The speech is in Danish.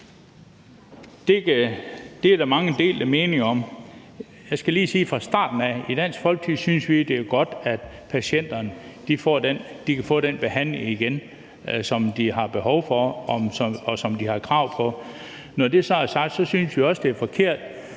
Det er der mange delte meninger om. Jeg skal lige sige fra starten af, at i Dansk Folkeparti synes vi, det er godt, at patienterne igen kan få den behandling, som de har behov for, og som de har krav på. Når det så er sagt, synes vi også, det er forkert